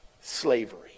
slavery